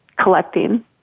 collecting